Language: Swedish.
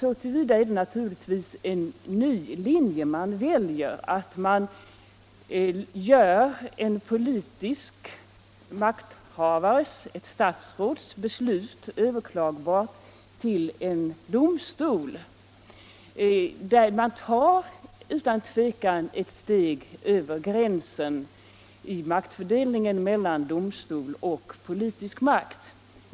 Så till vida är det naturligtvis en ny linje man väljer att man gör en politisk makthavares, ett statsråds, beslut överklagbart till en domstol.' Där tar man utan tvivel ett steg över gränsen i maktfördelningen mellan domstol och politisk makt.